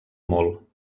molt